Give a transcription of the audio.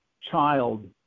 child